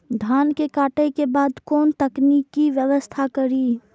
धान के काटे के बाद कोन तकनीकी व्यवस्था करी?